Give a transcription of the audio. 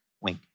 Wink